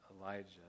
Elijah